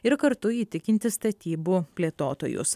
ir kartu įtikinti statybų plėtotojus